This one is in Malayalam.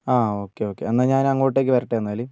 ആ ഓക്കേ ഓക്കേ എന്നാൽ ഞാൻ അങ്ങോട്ടേക്ക് വരട്ടെ എന്നാൽ